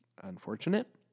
unfortunate